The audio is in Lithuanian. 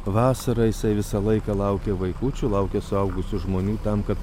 vasarą jisai visą laiką laukia vaikučių laukia suaugusių žmonių tam kad